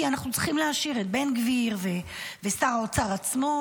כי אנחנו צריכים להשאיר את בן גביר ואת שר האוצר עצמו,